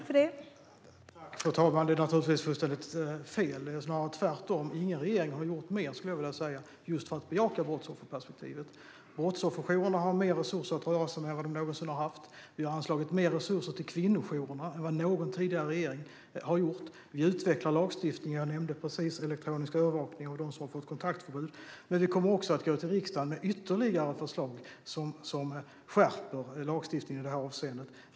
Fru talman! Det är naturligtvis fullständigt fel. Det är snarare tvärtom. Ingen regering har gjort mer, skulle jag vilja säga, just för att bejaka brottsofferperspektivet. Brottsofferjourerna har mer resurser att röra sig med än vad de någonsin har haft. Vi har anslagit mer resurser till kvinnojourerna än vad någon tidigare regering har gjort. Vi utvecklar lagstiftningen - jag nämnde precis elektronisk övervakning av dem som har fått kontaktförbud. Vi kommer också att gå till riksdagen med ytterligare förslag som skärper lagstiftningen i det här avseendet.